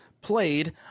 played